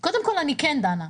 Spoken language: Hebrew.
קודם כל, אני כן דנה.